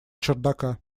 чердака